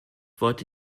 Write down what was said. wollte